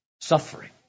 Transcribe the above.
Suffering